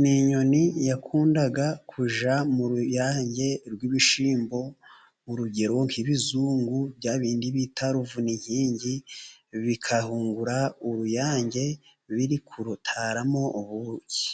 ni inyoni yakundaga kujya mu ruyange rw'ibishyimbo urugero nk'ibizungu bya bindi bita ruvuninkingi, bigahungura uruyange iri kurutaramo ubuki.